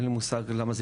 אין לי מושג למה,